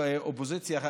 כאופוזיציה,